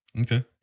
okay